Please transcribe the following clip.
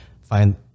find